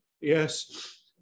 Yes